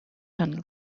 tunnel